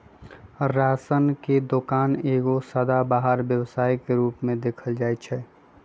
ration के दोकान एगो सदाबहार व्यवसाय के रूप में देखल जाइ छइ